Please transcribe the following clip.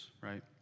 right